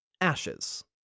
Ashes